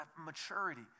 maturity